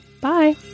Bye